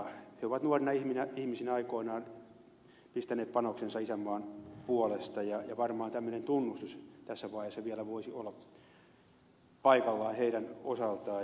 he ovat nuorina ihmisinä aikoinaan pistäneet panoksensa isänmaan puolesta ja varmaan tämmöinen tunnustus tässä vaiheessa vielä voisi olla paikallaan heidän osaltaan